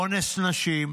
אונס נשים.